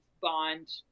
bond